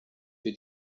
für